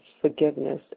forgiveness